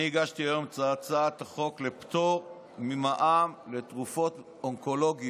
אני הגשתי היום הצעת חוק לפטור ממע"מ על תרופות אונקולוגיות.